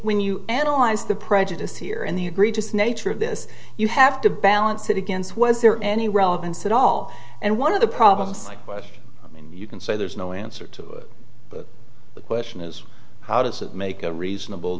when you analyze the prejudice here in the egregious nature of this you have to balance it against was there any relevance at all and one of the problems like question you can say there's no answer to the question is how does it make a reasonable